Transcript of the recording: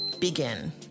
Begin